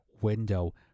window